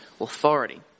authority